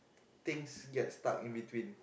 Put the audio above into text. things get stucked in between